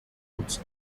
goods